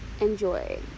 enjoy